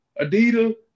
Adidas